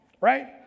right